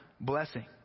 blessing